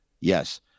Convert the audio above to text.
Yes